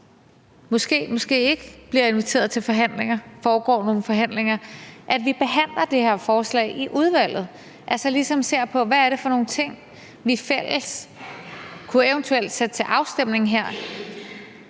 foregår nogle forhandlinger, at vi behandler det her forslag i udvalget, altså ligesom ser på, hvad det er for nogle ting, vi fælles eventuelt kunne sætte til afstemning her.